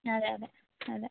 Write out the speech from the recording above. ആ അതെ അതെ അതെ